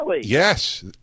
Yes